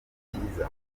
cyiza